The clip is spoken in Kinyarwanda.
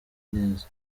neza